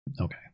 Okay